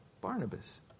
Barnabas